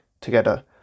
together